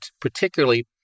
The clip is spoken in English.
particularly